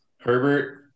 Herbert